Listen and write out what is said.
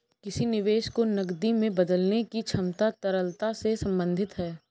किसी निवेश को नकदी में बदलने की क्षमता तरलता से संबंधित है